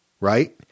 right